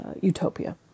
utopia